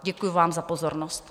Děkuji vám za pozornost.